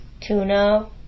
tuna